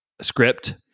script